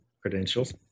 credentials